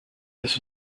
this